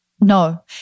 No